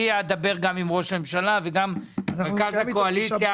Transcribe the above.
אני אדבר גם עם ראש הממשלה וגם רכז הקואליציה,